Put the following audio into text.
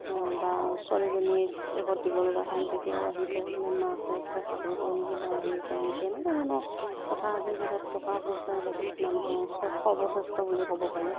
বাৰু ছোৱালীজনীক এঘৰত দিব লগা হ'ল তেতিয়াও আহি গ'ল প্ৰবলেম মাকে কিবা চাকৰি কৰে নেকি বাৰু হেৰি কৰে নেকি এনেকুৱা ধৰণৰ কথা আজিৰ যুগত টকা পইচাই বহুত মানুহৰ সব সৰ্বশ্ৰেষ্ঠ বুলি ক'ব পাৰি